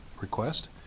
request